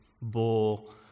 bull